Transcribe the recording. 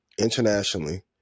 internationally